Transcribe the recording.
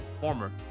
former